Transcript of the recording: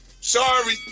sorry